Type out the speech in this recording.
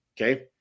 Okay